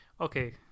Okay